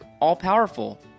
all-powerful